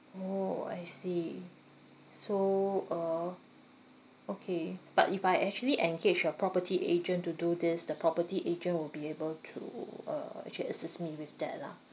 orh I see so uh okay but if I actually engage a property agent to do this the property agent will be able to uh actually assist me with that lah